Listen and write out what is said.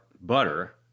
butter